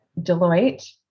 Deloitte